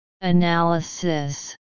Analysis